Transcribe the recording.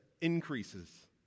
increases